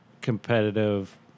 competitive